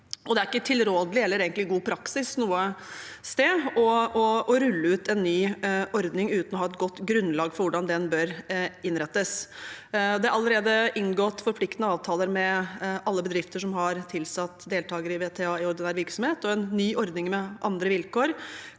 det er ikke tilrådelig eller egentlig god praksis noe sted å rulle ut en ny ordning uten å ha et godt grunnlag for hvordan den bør innrettes. Det er allerede inngått forpliktende avtaler med alle bedrifter som har tilsatt deltakere i VTA i ordinær virksomhet, og en ny ordning med andre vilkår